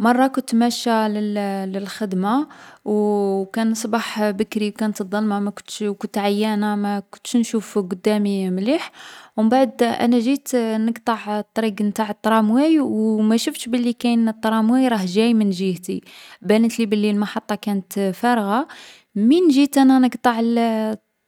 مرة كنت ماشة للـ للخدمة، او كان الصباح بكري كانت الظلمة ما كنتش و كنت عيانة ما كنتش نشوف قدامي مليح. و مبعد أنا نجيت نقطع الطريق نتاع الطرامواي او ما شفتش بلي كاين الطرامواي راه جاي من جهتي. بانتلي بلي المحطة كانت فارغة. من جيت أنا نقطع الـ